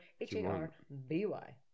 H-A-R-B-Y